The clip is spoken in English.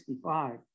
1965